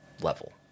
level